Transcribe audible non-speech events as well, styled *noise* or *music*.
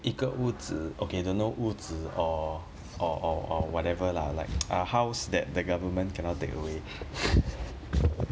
一个屋子 okay you know 屋子 or or or or whatever lah like *noise* a house that the government cannot take away *laughs*